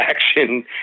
action